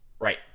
Right